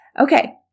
Okay